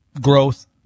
growth